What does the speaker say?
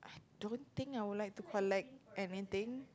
don't think I would like to collect anything